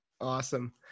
Awesome